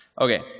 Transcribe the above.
Okay